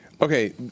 Okay